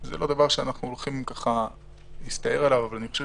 זה לא דבר שאנחנו הולכים להסתער עליו אבל אני חושב